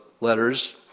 letters